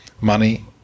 money